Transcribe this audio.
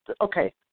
okay